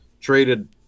traded